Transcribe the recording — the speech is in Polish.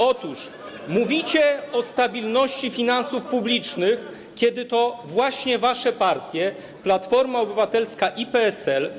Otóż mówicie o stabilności finansów publicznych, kiedy to właśnie wasze partie, Platforma Obywatelska i PSL.